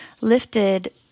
lifted